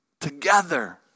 together